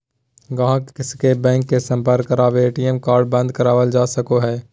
गाहक के बैंक मे सम्पर्क करवा के ए.टी.एम कार्ड बंद करावल जा सको हय